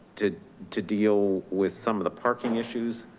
to to deal with some of the parking issues.